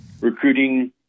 recruiting